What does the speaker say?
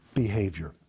behavior